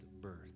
birth